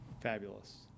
Fabulous